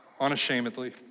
unashamedly